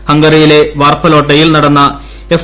ഹംഗറിയിലെ വാർപ്പലോട്ടയിൽ നടന്ന് എഫ്